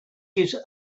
his